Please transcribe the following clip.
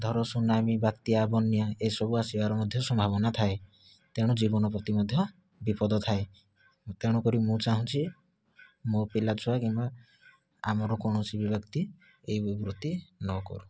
ଧର ସୁନାମି ବାତ୍ୟା ବନ୍ୟା ଏ ସବୁ ଆସିବାର ମଧ୍ୟ ସମ୍ଭାବନା ଥାଏ ତେଣୁ ଜୀବନ ପ୍ରତି ମଧ୍ୟ ବିପଦ ଥାଏ ତେଣୁ କରି ମୁ ଚାହୁଁଛି ମୋ ପିଲା ଛୁଆ କିମ୍ବା ଆମର କୌଣସି ବି ବ୍ୟକ୍ତି ଏ ବୃତ୍ତି ନ କରୁ